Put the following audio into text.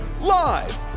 live